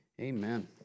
amen